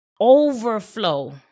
Overflow